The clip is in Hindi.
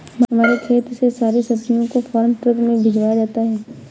हमारे खेत से सारी सब्जियों को फार्म ट्रक में भिजवाया जाता है